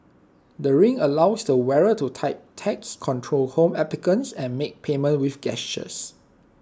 the ring allows the wearer to type texts control home appliances and make payments with gestures